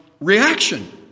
reaction